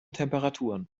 temperaturen